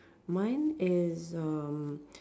mine is um